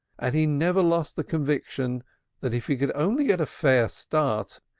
and he never lost the conviction that if he could only get a fair start,